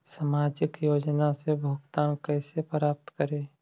सामाजिक योजना से भुगतान कैसे प्राप्त करी?